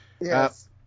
Yes